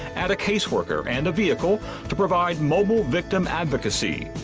add a caseworker and a vehicle to provide mobile victim advocacy.